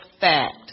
fact